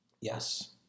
Yes